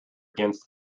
against